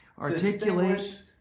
articulate